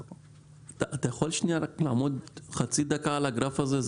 אתה יכול שנייה רק לעמוד חצי דקה על הגרף הזה?